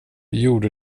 gjorde